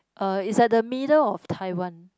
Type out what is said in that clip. uh is at the middle of Taiwan